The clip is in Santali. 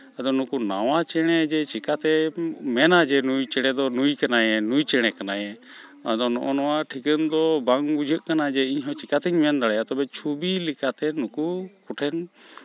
ᱟᱫᱚ ᱱᱩᱠᱩ ᱱᱟᱣᱟ ᱪᱮᱬᱮ ᱡᱮ ᱪᱤᱠᱟᱹᱛᱮᱢ ᱢᱮᱱᱟ ᱡᱮ ᱱᱩᱭ ᱪᱮᱬᱮ ᱫᱚ ᱱᱩᱭ ᱠᱟᱱᱟᱭ ᱱᱩᱭ ᱪᱮᱬᱮ ᱠᱟᱱᱟᱭ ᱟᱫᱚ ᱱᱚᱜᱼᱚᱸᱭ ᱱᱚᱣᱟ ᱴᱷᱤᱠᱟᱹᱱ ᱫᱚ ᱵᱟᱝ ᱵᱩᱡᱷᱟᱹᱜ ᱠᱟᱱᱟ ᱡᱮ ᱤᱧ ᱦᱚᱸ ᱪᱤᱠᱟᱹᱛᱮᱧ ᱢᱮᱱ ᱫᱟᱲᱮᱭᱟᱜᱼᱟ ᱛᱚᱵᱮ ᱪᱷᱚᱵᱤ ᱞᱮᱠᱟᱛᱮ ᱱᱩᱠᱩ ᱠᱚᱴᱷᱮᱱ